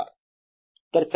1AdQdt KdTdx 3Djr kT